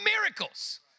miracles